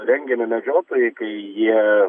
rengiami medžiotojai kai jie